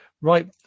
right